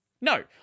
No